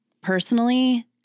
Personally